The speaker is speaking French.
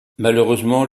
malheureusement